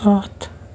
ہتھ